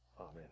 Amen